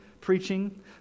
preaching